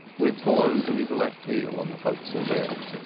with blows of his left heel on the fo'cs'le deck.